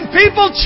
people